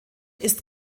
ist